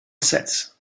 sets